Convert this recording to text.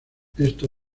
esto